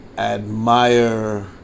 Admire